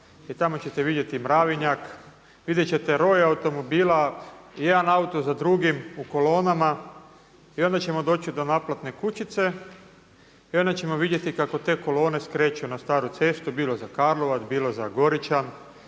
i tamo ćete vidjeti mravinjak, vidjet ćete roj automobila i jedan auto za drugim u kolonama i onda ćemo doći do naplatne kućice i onda ćemo vidjeti kako te kolone skreću na staru cestu, bilo za Karlovac, bilo za Goričan,